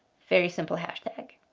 very simple hashtag.